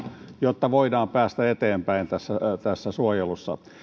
jotta voidaan päästä eteenpäin suojelussa